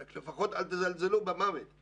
אבל לפחות אל תזלזלו במוות כי